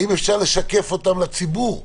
האם אפשר לשקף אותם לציבור?